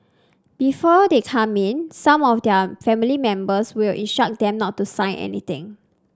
before they come in some of their family members will instruct them not to sign anything